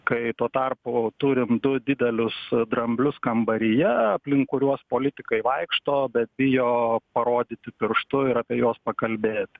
kai tuo tarpu turim du didelius dramblius kambaryje aplink kuriuos politikai vaikšto bet bijo parodyti pirštu ir apie juos pakalbėti